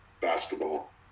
basketball